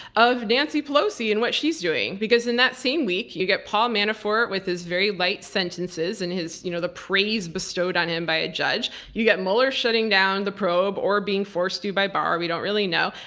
of nancy pelosi and what she's doing. because in that same week, you get paul manafort with his very light sentences and you know the praise bestowed on him by a judge. you get mueller shutting down the probe or being forced to by barr. we don't really know.